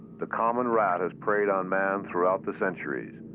the common rat has preyed on man throughout the centuries.